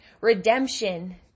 redemption